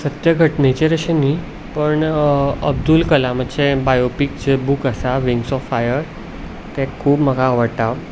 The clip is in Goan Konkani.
सत्य घटनेचेर अशें न्हय पूण अब्दूल कलामाचें बायोपीक जें बूक आसा विंग्स ऑफ फायर तें खूब म्हाका आवडटा